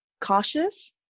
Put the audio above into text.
cautious